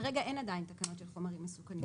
כרגע אין עדיין תקנות של חומרים מסוכנים.